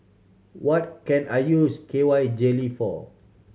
what can I use K Y Jelly for